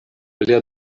lia